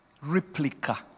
replica